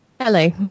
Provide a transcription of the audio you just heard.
Hello